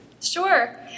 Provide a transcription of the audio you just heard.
sure